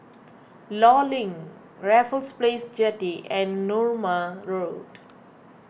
Law Link Raffles Place Jetty and Narooma Road